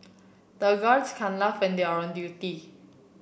the guards can't laugh and they are on duty